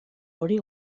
hori